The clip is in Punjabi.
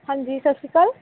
ਹਾਂਜੀ ਸਤਿ ਸ਼੍ਰੀ ਅਕਾਲ